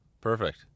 Perfect